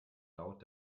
laut